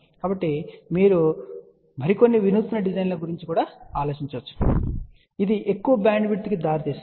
కాబట్టి మీరు మరికొన్ని వినూత్న డిజైన్ గురించి ఆలోచించవచ్చు ఇది ఎక్కువ బ్యాండ్విడ్త్కు దారి తీస్తుంది